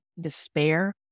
despair